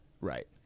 right